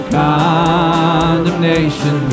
condemnation